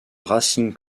racing